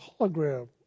hologram